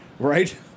Right